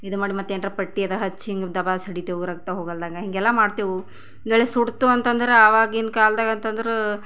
ಇದು ಮಾಡಿ ಮತ್ತು ಏನಾರ ಪಟ್ಟಿ ಅದ ಹಚ್ಚಿ ಹಿಂಗೆ ದಬಾಸ್ ಹಿಡಿತೇವು ರಕ್ತ ಹೊಗಲ್ದಂಗ ಹಿಂಗೆಲ್ಲ ಮಾಡ್ತೇವೆ ಎಲ್ಲ ಸುಡ್ತು ಅಂತಂದರೆ ಆವಾಗಿನ ಕಾಲ್ದಾಗ ಅಂತ ಅಂದ್ರೆ